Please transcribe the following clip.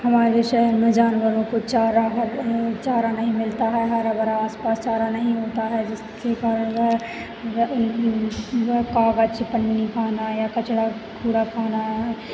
हमारे शहर में जानवरों को चारा ह हरी चारा नहीं मिलता है हरा भरा आसपास चारा नहीं होता है जिसके कारण वह वह कागज़ पन्नी खाना या कचरा कूड़ा खाना